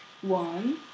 One